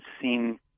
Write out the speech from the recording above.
seen